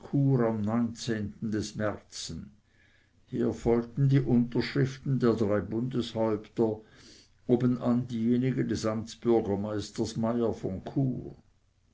am neunzehnten des märzen hier folgten die unterschriften der drei bundeshäupter obenan diejenige des amtsbürgermeisters meyer von chur